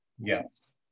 yes